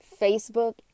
Facebook